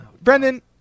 Brendan